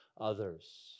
others